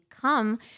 come